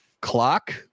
Clock